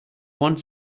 one